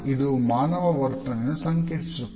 ಇದು ಮಾನವನ ವರ್ತನೆಯನ್ನು ಸಂಕೇತಿಸುತ್ತದೆ